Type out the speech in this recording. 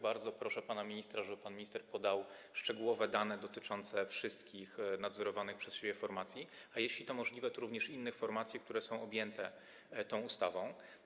Bardzo proszę pana ministra, żeby pan minister podał szczegółowe dane dotyczące wszystkich nadzorowanych przez siebie formacji, a jeśli to możliwe - również innych formacji, które są objęte tą ustawą.